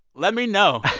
let me know.